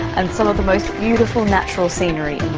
and some of the most beautiful natural scenery